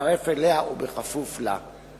להצטרף אליה ובכפוף לה.